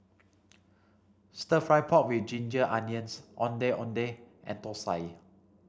stir fry pork with ginger onions Ondeh Ondeh and Thosai